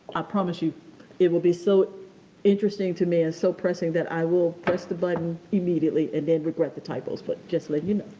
i promise you it will be so interesting to me and so pressing that i will press the button immediately and then regret the typos, but just letting you know.